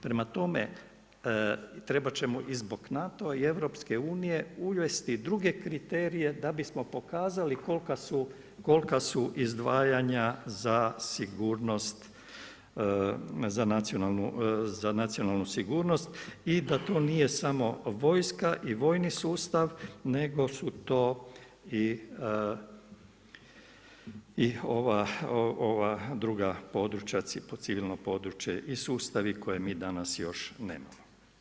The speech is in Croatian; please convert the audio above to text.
Prema tome, trebati ćemo i zbog NATO-a i Europske unije uvesti druge kriterije da bismo pokazali kolika su izdvajanja za sigurnost, za nacionalnu sigurnost i da to nije samo vojska i vojni sustav nego su to i druga područja, civilno područje i sustavi koje mi danas još nemamo.